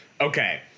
okay